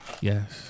Yes